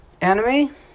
Anime